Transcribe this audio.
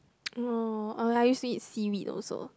oh I used to eat seaweed also